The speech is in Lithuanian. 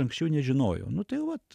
anksčiau nežinojau nu tai vat